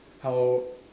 how